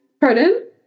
Pardon